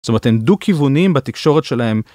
זאת אומרת, הם דו-כיוונים בתקשורת שלהם.